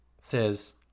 says